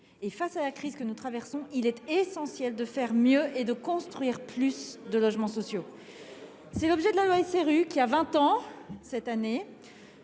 Face à la crise que nous traversons, il est essentiel de faire mieux et de construire plus de logements sociaux. C'est l'objet de la loi SRU, qui a vingt ans cette année.